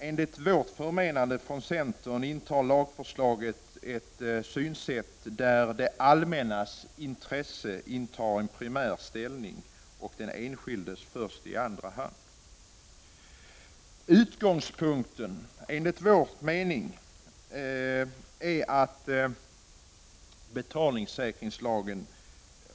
Enligt centerns mening präglas lagförslaget av ett synsätt där det allmännas intresse intar en primär ställning och där den enskildes intressen kommer först i andra hand.